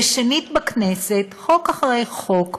ושנית בכנסת, חוק אחרי חוק,